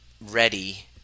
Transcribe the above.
ready